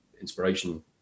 inspiration